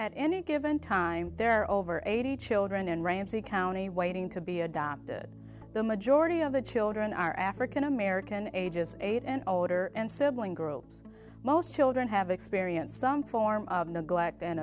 at any given time there are over eighty children and ramsi county waiting to be adopted the majority of the children are african american ages eight and older and sibling girls most children have experienced some form of neglect and